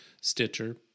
Stitcher